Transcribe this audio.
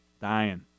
Dying